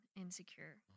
insecure